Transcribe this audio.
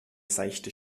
seichte